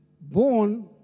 born